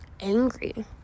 angry